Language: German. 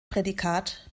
prädikat